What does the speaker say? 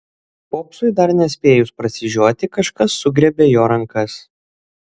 popsui dar nespėjus prasižioti kažkas sugriebė jo rankas